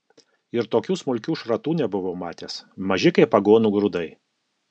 ir tokių smulkių šratų nebuvau matęs maži kaip aguonų grūdai